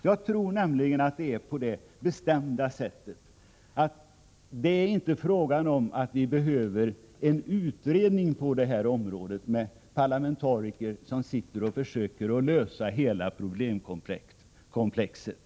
Jag tror inte att vi behöver en utredning på detta område med parlamentariker som försöker lösa hela problemkomplexet.